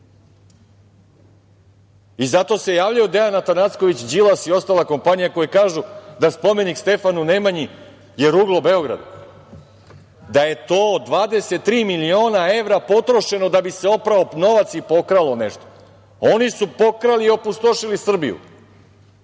Zato se javljaju Dejan Atanacković, Đilas i ostala kompanija koji kažu da je spomenik Stefanu Nemanji ruglo Beograda, da je to 23 miliona evra potrošeno da bi se oprao novac i pokralo nešto. Oni su pokrali i opustošili Srbiju.